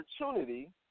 opportunity